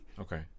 okay